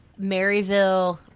Maryville